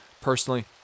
personally